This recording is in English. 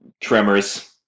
tremors